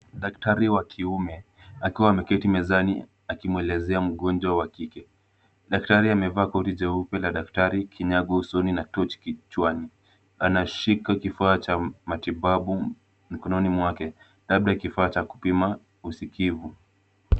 Daktari wa kiume akiwa ameketi mezani akimwelezea mgonjwa wa kike. Daktari amevaa koti jeupe la daktari, kinyago usoni na tochi kichwani. Anashika kifaa cha matibabu mikononi mwake labda kifaa cha kupima usikivu.